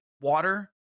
water